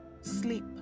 sleep